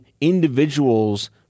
individuals